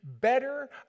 better